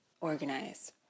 organize